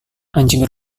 anjing